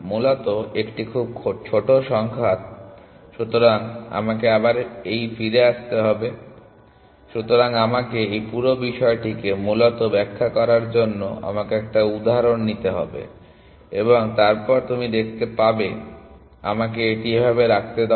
মূলত একটি খুব ছোট সংখ্যা সুতরাং আমাকে আমরা এই ফিরে আসতে হবে সুতরাং আমাকে এই পুরো বিষয়টিকে মূলত ব্যাখ্যা করার জন্য আমাকে একটি উদাহরণ নিতে দিন এবং তারপর আপনি দেখতে পাবেন বা আমাকে এটি এভাবে রাখতে দিন